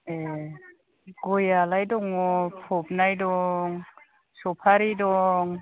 ए गयआलाय दङ फबनाय दं सफारि दं